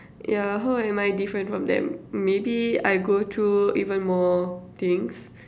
yeah how am I different from them maybe I go through even more things